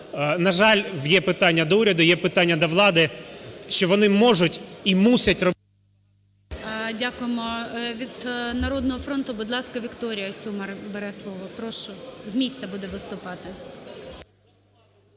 На жаль, є питання до уряду, є питання до влади, що вони можуть і мусять… ГОЛОВУЮЧИЙ. Дякую. Від "Народного фронту", будь ласка, Вікторія Сюмар бере слово. Прошу. З місця буде виступати.